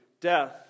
death